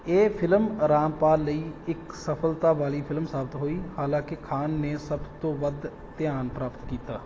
ਇਹ ਫਿਲਮ ਰਾਮਪਾਲ ਲਈ ਇੱਕ ਸਫਲਤਾ ਵਾਲੀ ਫਿਲਮ ਸਾਬਤ ਹੋਈ ਹਾਲਾਂਕਿ ਖਾਨ ਨੇ ਸਭ ਤੋਂ ਵੱਧ ਧਿਆਨ ਪ੍ਰਾਪਤ ਕੀਤਾ